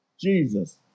Jesus